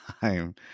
time